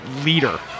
leader